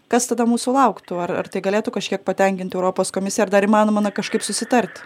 kas tada mūsų lauktų ar ar tai galėtų kažkiek patenkinti europos komisiją ar dar įmanoma na kažkaip susitarti